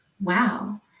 wow